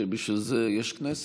שבשביל זה יש כנסת,